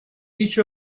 each